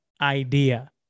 idea